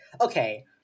Okay